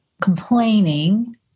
complaining